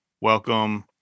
Welcome